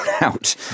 out